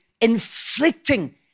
inflicting